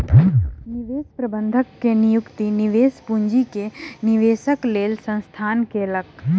निवेश प्रबंधक के नियुक्ति निवेश पूंजी के निवेशक लेल संस्थान कयलक